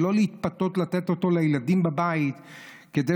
ולא להתפתות לתת אותו לילדים בבית כדי